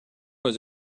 was